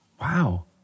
Wow